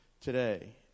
today